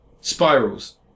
Spirals